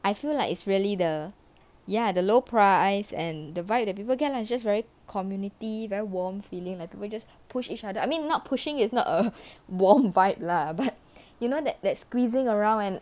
I feel like it's really the ya the low price and the vibe that people get lah it's just very community very warm feeling like people just push each other I mean not pushing is not a warm vibe lah but you know that that squeezing around and